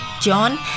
John